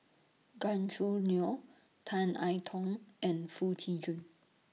Gan Choo Neo Tan I Tong and Foo Tee Jun